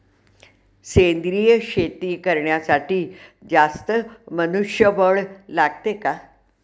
सेंद्रिय शेती करण्यासाठी जास्त मनुष्यबळ लागते का?